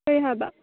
ꯀꯔꯤ ꯍꯥꯏꯕ